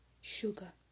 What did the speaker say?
sugar